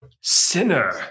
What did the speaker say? Sinner